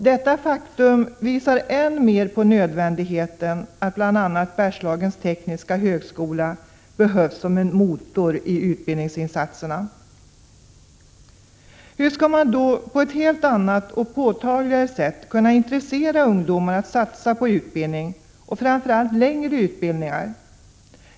Detta faktum visar än mer på nödvändigheten av att bl.a. Bergslagens tekniska högskola behövs som en motor i utbildningsinsatserna. Hur skall man då på ett helt annat och påtagligare sätt kunna intressera ungdomar att satsa på utbildning och framför allt längre utbildningar?